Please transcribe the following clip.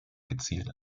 gezielt